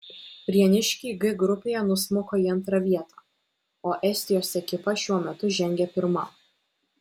prieniškiai g grupėje nusmuko į antrą vietą o estijos ekipa šiuo metu žengia pirma